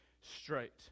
straight